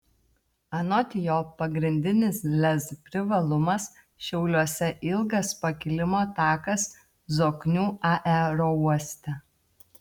anot jo pagrindinis lez privalumas šiauliuose ilgas pakilimo takas zoknių aerouoste